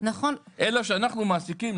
אלא שאנחנו מעסיקים,